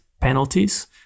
penalties